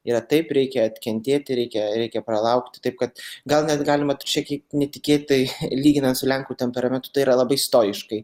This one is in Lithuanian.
yra taip reikia atkentėti reikia reikia pralaukti taip kad gal net galima ir šiek kiek netikėtai lyginant su lenkų temperamentu tai yra labai stoiškai